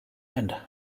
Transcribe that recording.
and